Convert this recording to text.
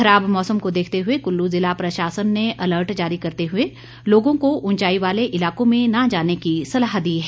खराब मौसम को देखते हुए कुल्लू ज़िला प्रशासन ने अलर्ट जारी करते हुए लोगों को ऊंचाई वाले इलाकों में न जाने की सलाह दी है